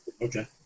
Okay